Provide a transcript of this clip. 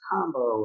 Combo